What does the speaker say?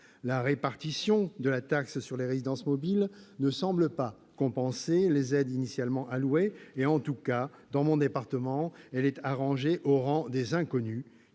La répartition de la taxe sur les résidences mobiles ne semble pas compenser les aides initialement allouées et, en tout cas dans mon département, elle est à ranger au rang des inconnues